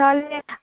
তাহলে